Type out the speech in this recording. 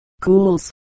cools